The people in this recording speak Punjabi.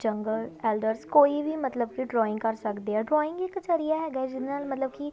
ਯੰਗਰ ਐਲਡਰਸ ਕੋਈ ਵੀ ਮਤਲਬ ਕਿ ਡਰੋਇੰਗ ਕਰ ਸਕਦੇ ਆ ਡਰੋਇੰਗ ਇੱਕ ਜ਼ਰੀਆ ਹੈਗਾ ਜਿਹਦੇ ਨਾਲ ਮਤਲਬ ਕਿ